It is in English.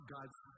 God's